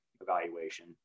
evaluation